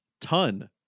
ton